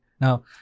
Now